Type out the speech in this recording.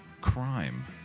crime